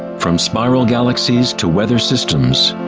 from spiral galaxies to weather systems,